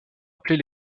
appelés